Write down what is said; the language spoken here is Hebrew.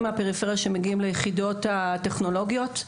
מהפריפריה שמגיעים ליחידות הטכנולוגיות,